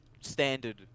standard